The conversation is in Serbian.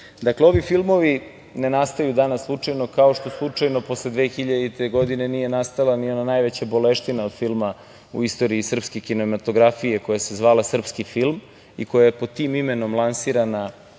državu. Dakle, ovi filmovi ne nastaju danas slučajno, kao što slučajno posle 2000. godine nije nastala ni ona najveća boleština od filma u istoriji srpske kinematografije koja se zvala „Srpski film“ i koja je pod tim imenom lansirana